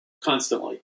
constantly